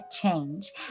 change